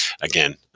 again